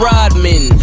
Rodman